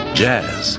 jazz